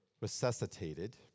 resuscitated